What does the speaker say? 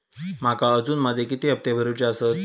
माका अजून माझे किती हप्ते भरूचे आसत?